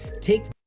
Take